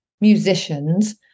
musicians